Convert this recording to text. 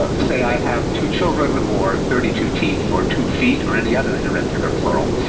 ah say, i have two children or thirty two teeth. or two feet or any other irregular plural.